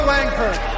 Langford